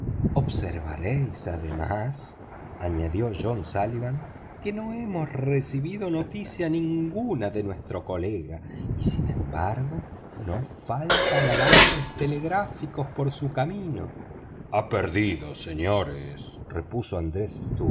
su viaje observaréis además añadió john suilivanque no hemos recibido noticia ninguna de nuestro colega y sin embargo no faltan alambres telegráficos por su camino ha perdido señores repuso andrés